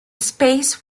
space